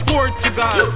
Portugal